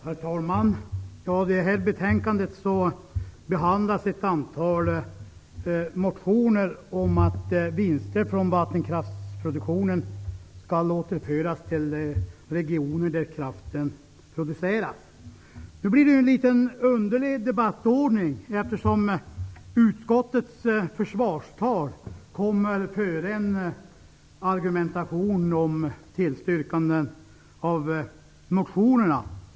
Herr talman! I det här betänkandet behandlas ett antal motioner om att vinster från vattenkraftsproduktionen skall återföras till de regioner där kraften produceras. Det har här blivit en litet underlig debattordning. Utskottets försvarstal kommer före en argumentation om tillstyrkande av motionerna.